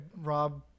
rob